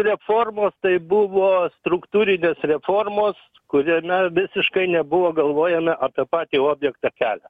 reformos tai buvo struktūrinės reformos kuriame visiškai nebuvo galvojame apie patį objektą kelią